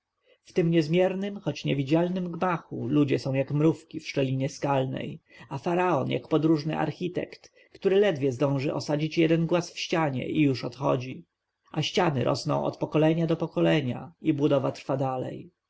tym niezmiernym choć niewidzialnym gmachu ludzie są jako mrówki w szczelinie skalnej a faraon jak podróżny architekt który ledwie zdąży osadzić jeden głaz w ścianie i już odchodzi a ściany rosną od pokolenia do pokolenia i budowa trwa dalej